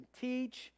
teach